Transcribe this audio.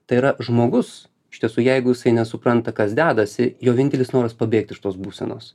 tai yra žmogus iš tiesų jeigu jisai nesupranta kas dedasi jo vienintelis noras pabėgt iš tos būsenos